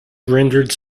rendered